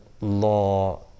law